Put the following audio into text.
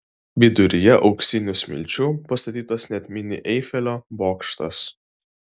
viduryje auksinių smilčių pastatytas net mini eifelio bokštas